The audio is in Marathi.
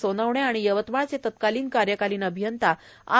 सोनवणे आणि यवतमाळचे तत्कालीन कार्यकालीन अभियंता आर